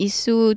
Isu